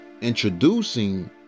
introducing